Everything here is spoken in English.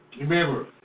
remember